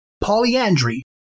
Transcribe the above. polyandry